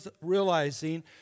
realizing